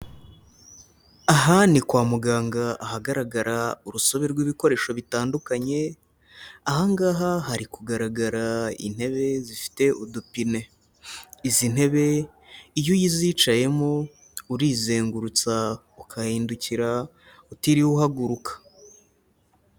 Aha ni kwa muganga, ahagaragara urusobe rw'ibikoresho bitandukanye. Aha ngaha hari kugaragara intebe zifite udupine. Izi ntebe iyo uyizicayemo urizengurutsa, ugahindukira utiriwe uhaguruka.